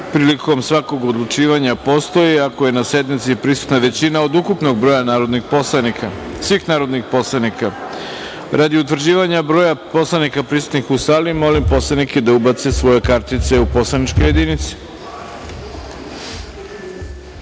prilikom svakog odlučivanja postoji ako je na sednici prisutna većina od ukupnog broja svih narodnih poslanika. Radi utvrđivanja broja narodnih poslanika prisutnih u sali, molim narodne poslanike da ubace svoje kartice u poslaničke jedinice.